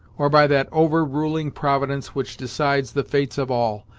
or by that overruling providence which decides the fates of all,